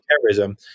terrorism